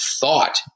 thought